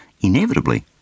inevitably